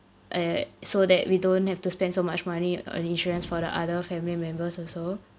uh so that we don't have to spend so much money on insurance for the other family members also